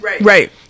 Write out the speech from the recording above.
Right